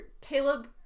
Caleb